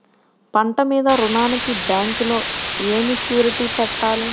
పంట మీద రుణానికి బ్యాంకులో ఏమి షూరిటీ పెట్టాలి?